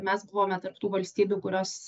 mes buvome tarp tų valstybių kurios